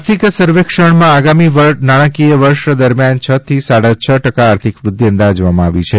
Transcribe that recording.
આર્થિક સર્વેક્ષણમાં આગામી નાણાકીય વર્ષ દરમિયાન છ થી સાડા છ ટકા આર્થિક વૃધ્યિ અંદાજવામાં આવી છે